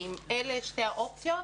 ואם אלה שתי האופציות,